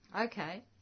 okay